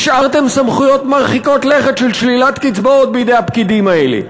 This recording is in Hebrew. השארתם סמכויות מרחיקות לכת של שלילת קצבאות בידי הפקידים האלה,